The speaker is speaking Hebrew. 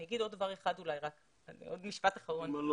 אני אומר עוד משפט אחד אחרון בהתייחס